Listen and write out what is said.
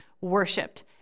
worshipped